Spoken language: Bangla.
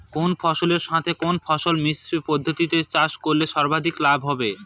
কোন ফসলের সাথে কোন ফসল মিশ্র পদ্ধতিতে চাষ করলে সর্বাধিক লাভ হবে?